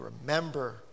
remember